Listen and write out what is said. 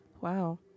Wow